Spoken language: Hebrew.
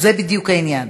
זה בדיוק העניין: